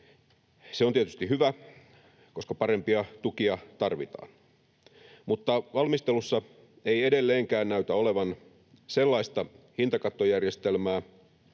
Se on tietysti hyvä, koska parempia tukia tarvitaan. Mutta valmistelussa ei edelleenkään näytä olevan sellaista hintakattojärjestelmää,